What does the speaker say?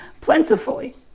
plentifully